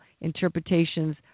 interpretations